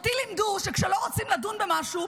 אותי לימדו שכשלא רוצים לדון במשהו,